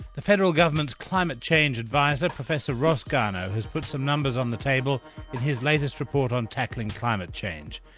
the federal government's climate change advisor, professor ross garnaut has put some numbers on the table with and his latest report on tackling climate change.